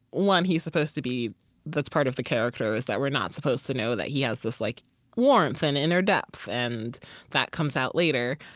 one, he's supposed to be that's part of the character, is that we're not supposed to know that he has this like warmth and inner depth, and that comes out later.